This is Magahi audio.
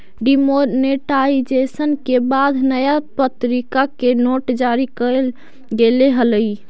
डिमॉनेटाइजेशन के बाद नया प्तरीका के नोट जारी कैल गेले हलइ